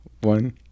one